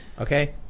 okay